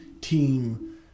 team